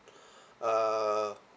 uh